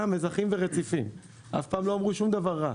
"מזחים ורציפים" אף פעם לא אמרו שום דבר רע,